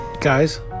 Guys